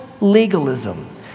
legalism